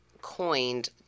coined